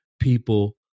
people